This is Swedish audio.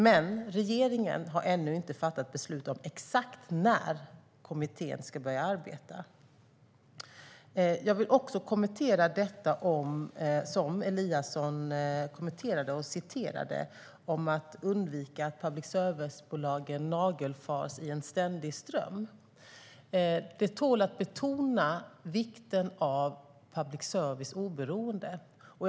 Men regeringen har ännu inte fattat beslut om exakt när kommittén ska börja arbeta. Jag vill också kommentera det som Eliasson citerade om att undvika att public service-bolagen ständigt nagelfars. Vikten av public services oberoende tål att betonas.